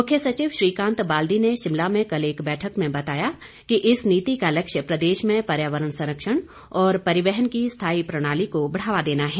मुख्य सचिव श्रीकांत बाल्दी ने शिमला में कल एक बैठक में बताया कि इस नीति का लक्ष्य प्रदेश में पर्यावरण संरक्षण और परिवहन की स्थायी प्रणाली को बढ़ावा देना है